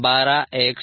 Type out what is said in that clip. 012x 0